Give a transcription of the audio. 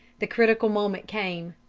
the critical moment came.